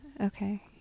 Okay